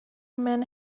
men